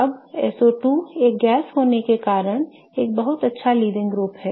अब SO2 एक gas होने के कारण एक बहुत अच्छा लीविंग ग्रुप है